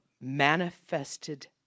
manifested